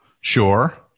Sure